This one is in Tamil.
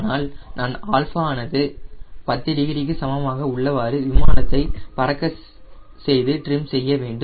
ஆனால் நான் α ஆனது 10 டிகிரிக்கு சமமாக உள்ளவாறு விமானத்தை பறக்க செய்து ட்ரிம் செய்ய வேண்டும்